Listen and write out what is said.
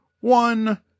one